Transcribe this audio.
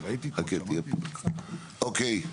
אוקיי,